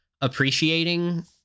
appreciating